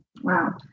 Wow